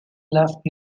left